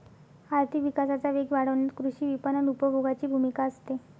आर्थिक विकासाचा वेग वाढवण्यात कृषी विपणन उपभोगाची भूमिका असते